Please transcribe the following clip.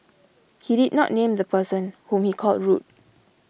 he did not name the person whom he called rude